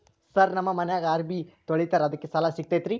Sir ನಮ್ಮ ಮನ್ಯಾಗ ಅರಬಿ ತೊಳಿತಾರ ಅದಕ್ಕೆ ಸಾಲ ಸಿಗತೈತ ರಿ?